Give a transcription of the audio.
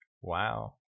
Wow